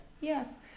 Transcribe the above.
Yes